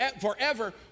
forever